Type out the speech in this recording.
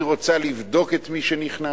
אני רוצה לבדוק את מי שנכנס,